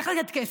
צריך לתת כסף,